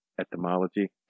Etymology